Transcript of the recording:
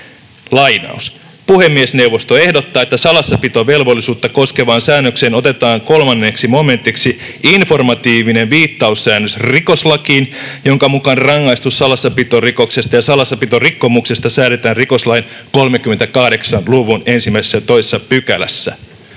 38: ”Puhemiesneuvosto ehdottaa, että salassapitovelvollisuutta koskevaan säännökseen otetaan 3 momentiksi informatiivinen viittaussäännös rikoslakiin, jonka mukaan rangaistus salassapitorikoksesta ja salassapitorikkomuksesta säädetään rikoslain 38 luvun 1 ja 2 §:ssä.